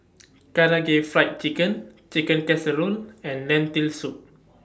Karaage Fried Chicken Chicken Casserole and Lentil Soup